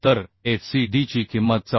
तर fcd ची किंमत 84